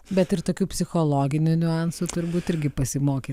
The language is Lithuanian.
asmeninės bet ir tokių psichologinių niuansų turbūt irgi pasimokė